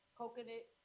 coconut